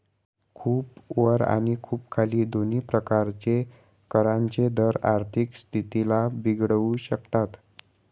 खूप वर आणि खूप खाली दोन्ही प्रकारचे करांचे दर आर्थिक स्थितीला बिघडवू शकतात